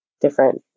different